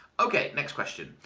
okay next question.